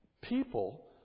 People